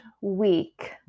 week